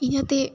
इं'या ते